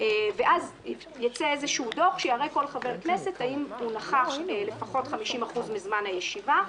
ואז יצא דוח שיראה לגבי כל חבר כנסת האם הוא נכח לפחות 50% מזמן הישיבה,